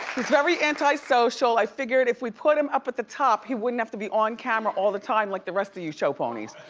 he's very antisocial, i figured if we put him up at the top, he wouldn't have to be on camera all the time like the rest of you show ponies.